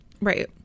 Right